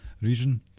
region